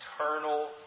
eternal